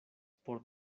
por